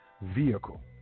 vehicle